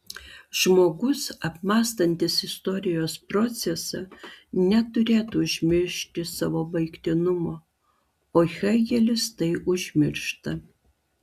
žmogus apmąstantis istorijos procesą neturėtų užmiršti savo baigtinumo o hėgelis tai užmiršta